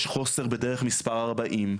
יש חוסר בדרך מספר 40,